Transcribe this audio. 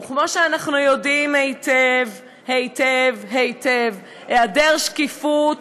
וכמו שאנחנו יודעים היטב היטב היטב, היעדר שקיפות,